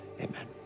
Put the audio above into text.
amen